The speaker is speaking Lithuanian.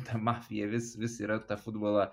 ta mafija vis vis yra tą futbolą